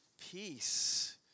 peace